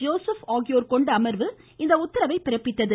Joseph ஆகியோர் கொண்ட அமர்வு இந்த உத்தரவை பிறப்பித்தது